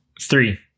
Three